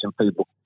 people